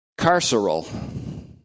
Carceral